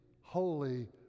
holy